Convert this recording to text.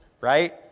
right